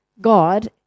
God